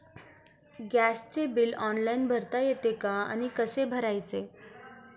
गॅसचे bill online भरता येते का आणि कसे भरायचे?